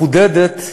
מחודדת,